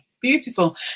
beautiful